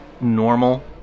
normal